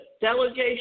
delegation